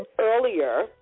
earlier